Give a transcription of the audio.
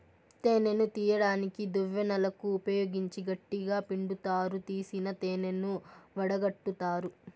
తేనెను తీయడానికి దువ్వెనలను ఉపయోగించి గట్టిగ పిండుతారు, తీసిన తేనెను వడగట్టుతారు